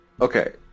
Okay